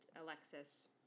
Alexis